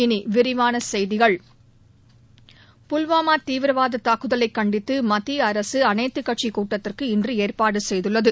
இனி விரிவான செய்திகள் புல்வாமா தீவிரவாத தாக்குதலை கண்டித்து மத்திய அரசு அனைத்துக்கட்சிக் கூட்டத்திற்கு இன்று ஏற்பாடு செய்துள்ளது